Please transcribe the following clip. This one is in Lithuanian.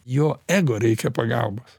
jo ego reikia pagalbos